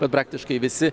bet praktiškai visi